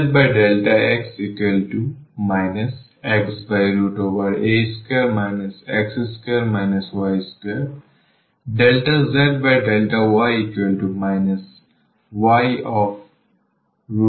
সুতরাং a by 2 whole square